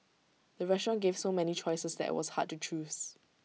the restaurant gave so many choices that IT was hard to choose